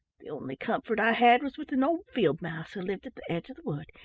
the only comfort i had was with an old field-mouse who lived at the edge of the wood,